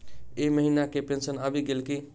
एहि महीना केँ पेंशन आबि गेल की